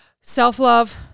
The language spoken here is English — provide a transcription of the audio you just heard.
self-love